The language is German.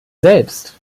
selbst